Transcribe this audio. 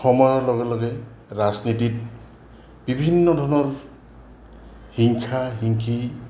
সময়ৰ লগে লগে ৰাজনীতিত বিভিন্ন ধৰণৰ হিংসা হিংসি